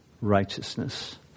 righteousness